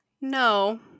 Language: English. no